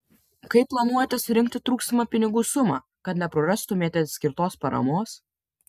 kaip planuojate surinkti trūkstamą pinigų sumą kad neprarastumėte skirtos paramos